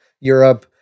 Europe